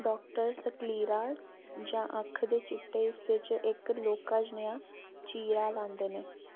doctor सकलीरा जां अक्ख दे चिट्टे हिस्से च इक लौह्का जनेहा चीरा लांदे न